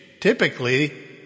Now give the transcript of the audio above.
typically